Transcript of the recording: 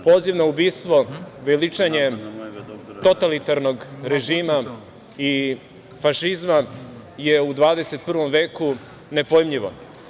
Poziv na ubistvo, veličanje totalitarnog režima i fašizma je u 21. veku nepojmljivo.